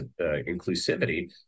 inclusivity